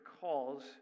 calls